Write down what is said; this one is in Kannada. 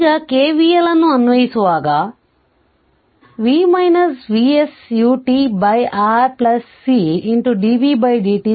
ಈಗ KVL ಅನ್ನು ಅನ್ವಯಿಸುವಾಗ v Vs uRc